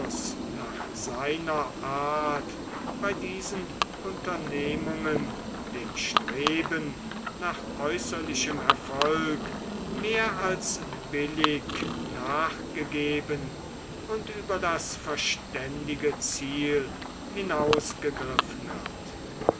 nach seiner art bei diesen unternehmungen dem streben nach äußerlichem erfolg mehr als billig nachgegeben und über das verständige ziel hinausgegriffen hat